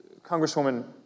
Congresswoman